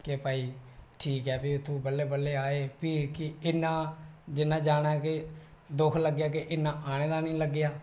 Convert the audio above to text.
केह् भाई ठीक ऐ फ्ही उत्थूं बल्लें बल्लें आए फ्ही केह् जिन्ना जाना दा दुख लग्गेआ ते इन्ना आने दा नेईं लग्गेआ